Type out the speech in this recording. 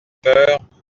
peur